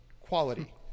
Quality